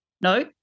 No